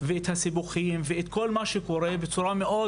מזרחי לסכם את הדברים.